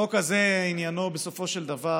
החוק הזה עניינו בסופו של דבר